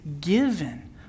given